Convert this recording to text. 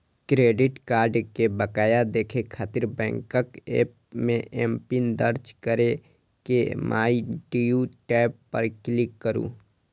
credit card के बकाया देखै खातिर बैंकक एप मे एमपिन दर्ज कैर के माइ ड्यू टैब पर क्लिक करू